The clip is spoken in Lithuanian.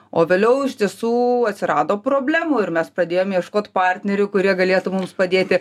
o vėliau iš tiesų atsirado problemų ir mes pradėjom ieškoti partnerių kurie galėtų mums padėti